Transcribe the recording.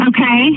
Okay